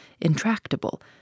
intractable